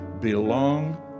belong